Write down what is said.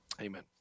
Amen